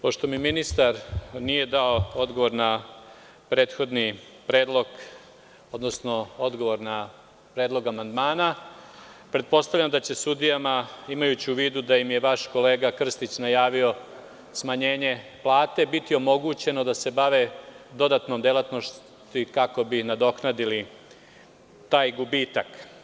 Pošto mi ministar nije dao odgovor na prethodni predlog, odnosno odgovor na predlog amandmana, pretpostavljam da će sudijama, imajući u vidu da im je vaš kolega Krstić najavio smanjenje plate, biti omogućeno da se bave dodatnom delatnošću kako bi nadoknadili taj gubitak.